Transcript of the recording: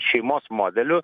šeimos modeliu